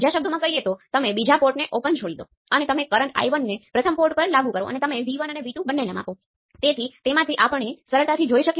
આ કેસમાં તમે જોશો કે z parameter R R R અને R હશે